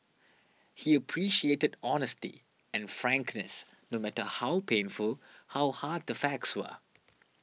he appreciated honesty and frankness no matter how painful how hard the facts were